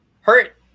hurt